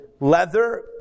leather